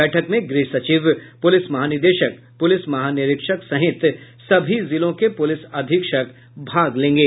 बैठक में गृह सचिव पुलिस महानिदेशक पुलिस महानिरीक्षक सहित सभी जिलों के पुलिस अधीक्षक भाग लेंगे